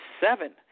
seven